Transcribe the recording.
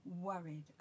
worried